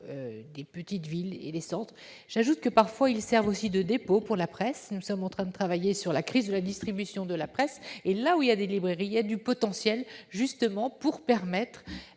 des petites villes et des centres. J'ajoute que, parfois, elles servent aussi de dépôt pour la presse. Nous sommes en train de travailler sur la crise de la distribution de la presse et, là où il y a des librairies, il y a du potentiel de diffusion de